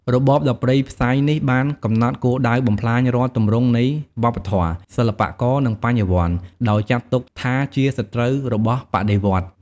របបដ៏ព្រៃផ្សៃនេះបានកំណត់គោលដៅបំផ្លាញរាល់ទម្រង់នៃវប្បធម៌ សិល្បៈករ និងបញ្ញវន្ត ដោយចាត់ទុកថាជាសត្រូវរបស់បដិវត្តន៍។